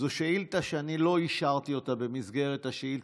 זו שאילתה שאני לא אישרתי אותה במסגרת השאילתות,